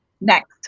Next